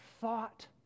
thought